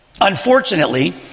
Unfortunately